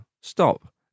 Stop